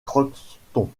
crockston